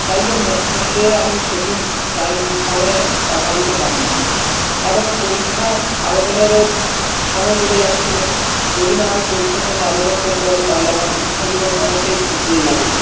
তাই জন্যে হোস্টেলে আমি সঠিক টাইম সময়ে টাকা দিতে পারিনি এবং পরীক্ষার আবেদনেরও সময় চলে যাচ্ছিল যদি না আমি পরীক্ষার জন্য আবেদন করতে পারি তাহলে আমার শিক্ষাজীবন অনেকটাই পিছিয়ে যাবে